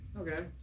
Okay